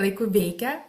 laiku veikia